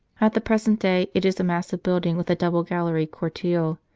at the present day it is a massive building with a double-galleried cortile.